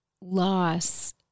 loss